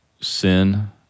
sin